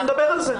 תיכף נדבר על זה.